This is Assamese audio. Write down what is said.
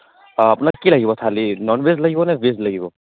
অঁ আপোনাক কি লাগিব থালী নন ভেজ লাগিব নে ভেজ লাগিব